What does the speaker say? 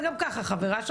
את גם ככה חברה שמה,